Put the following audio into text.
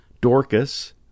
Dorcas